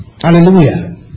Hallelujah